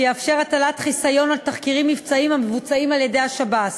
שיאפשר הטלת חיסיון על תחקירים מבצעיים המבוצעים על-ידי השב"ס.